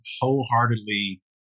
wholeheartedly